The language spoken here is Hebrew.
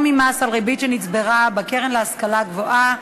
ממס על ריבית שנצברה בקרן להשכלה גבוהה),